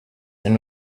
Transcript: and